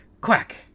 quack